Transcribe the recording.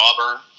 Auburn